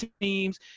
teams